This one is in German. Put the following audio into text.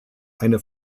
eine